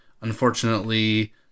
unfortunately